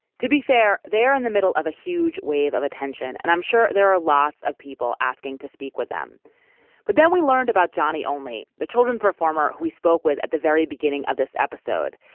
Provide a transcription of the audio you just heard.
to be fair, they are in the middle of a huge wave of attention and i'm sure there are lots of people asking to speak with them but then we learned about johnny only, the children's performer who we spoke with at the very beginning of this episode.